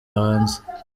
hanze